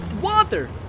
Water